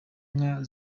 nka